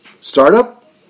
Startup